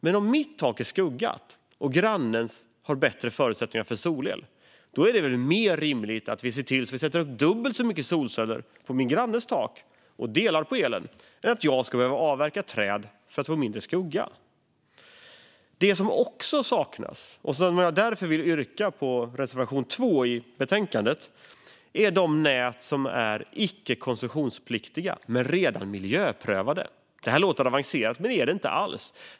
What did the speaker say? Men om mitt tak är skuggat och grannens har bättre förutsättningar för solel, då är det väl mer rimligt att vi sätter upp dubbelt så många solceller på grannens tak och delar på elen än att jag ska behöva avverka träd för att få mindre skugga. Det som också saknas och som vi tar upp i reservation 2 i betänkandet, som jag därför vill yrka bifall till, är de nät som är icke koncessionspliktiga men redan miljöprövade. Det här låter avancerat, men det är det inte alls.